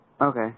Okay